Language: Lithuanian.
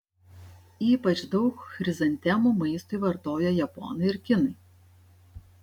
ypač daug chrizantemų maistui vartoja japonai ir kinai